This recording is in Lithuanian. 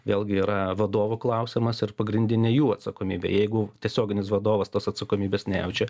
vėlgi yra vadovų klausimas ir pagrindinė jų atsakomybė jeigu tiesioginis vadovas tos atsakomybės nejaučia